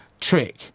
trick